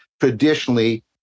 traditionally